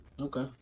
okay